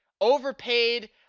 overpaid